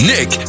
Nick